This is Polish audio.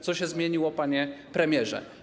Co się zmieniło, panie premierze?